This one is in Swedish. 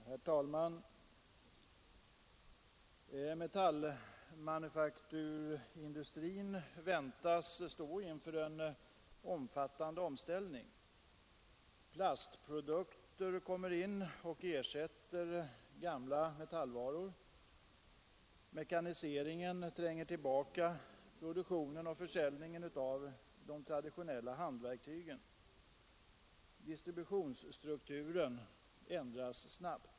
Herr talman! Metallmanufakturindustrin väntas stå inför en omfattande omställning. Plastprodukter kommer in och ersätter tidigare metallvaror. Mekaniseringen tränger tillbaka produktionen och försäljningen av de traditionella handverktygen. Distributionsstrukturen ändras snabbt.